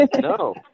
No